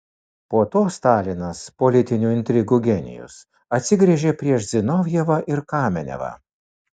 po to stalinas politinių intrigų genijus atsigręžė prieš zinovjevą ir kamenevą